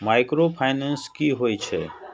Micro finance कि होई छै?